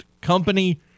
Company